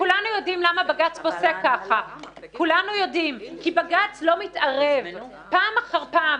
יודעים, כי בג"ץ לא מתערב פעם אחר פעם.